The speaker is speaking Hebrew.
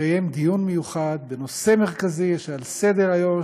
לקיים דיון מיוחד בנושא מרכזי שעל סדר-היום,